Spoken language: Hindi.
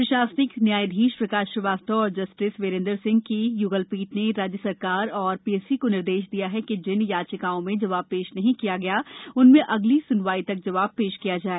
प्रशासनिक न्यायाधीश प्रकाश श्रीवास्तव और जस्टिस वीरेंदर सिंह की यूगलपीठ ने राज्य शासन तथा पीएससी को निर्देश दिया है कि जिन याचिकाओं में जवाब पेश नहीं किया गया उनमें अगली सुनवाई तक जवाब पेश किया जाए